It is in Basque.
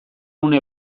une